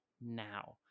now